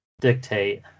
dictate